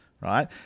right